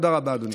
תודה רבה, אדוני.